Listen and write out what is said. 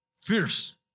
Fierce